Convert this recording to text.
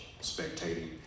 spectating